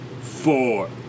four